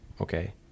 Okay